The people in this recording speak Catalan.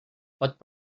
pot